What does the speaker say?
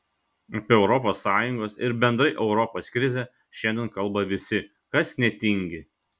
apie europos sąjungos ir bendrai europos krizę šiandien kalba visi kas netingi